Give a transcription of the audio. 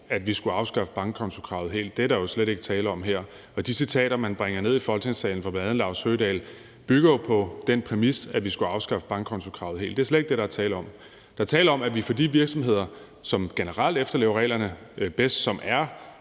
at vi skulle afskaffe bankkontokravet helt. Det er der jo slet ikke tale om her. Og de citater, man bringer ned i Folketingssalen fra bl.a. Laust Høgedahl, bygger jo på den præmis, at vi skulle afskaffe bankkontokravet helt. Det er slet ikke det, der er tale om. Der er tale om, at vi for de virksomheder, som generelt efterlever reglerne bedst, som er